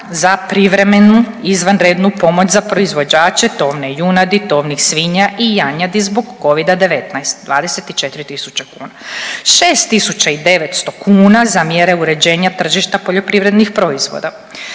za privremenu izvanrednu pomoć za proizvođače tovne junadi, tovnih svinja i janjadi zbog covida-19 24.000 kuna, 6.900 kuna za mjere uređenja tržišta poljoprivrednih proizvoda,